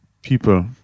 People